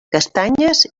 castanyes